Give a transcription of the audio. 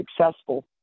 successful